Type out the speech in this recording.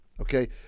Okay